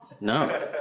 No